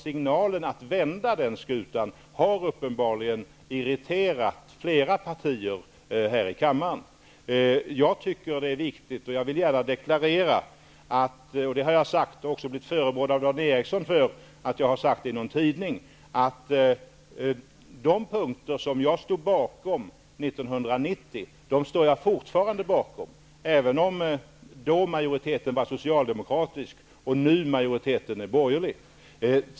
Signalen att vända skutan har tydligen irriterat flera partier här i kammaren. Jag vill gärna deklarera -- vilket jag också har blivit förebrådd av Dan Ericsson för att ha uttalat i någon tidning -- att jag fortfarande står bakom de punkter som jag stod bakom 1990, även om majoriteten då var socialdemokratisk och nu borgerlig.